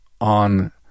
on